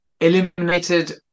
eliminated